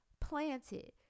planted